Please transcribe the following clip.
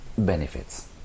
Benefits